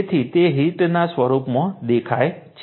તેથી તે હિટના સ્વરૂપમાં દેખાય છે